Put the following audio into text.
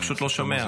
הוא פשוט לא שומע.